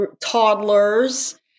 toddlers